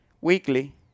weekly